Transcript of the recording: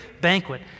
banquet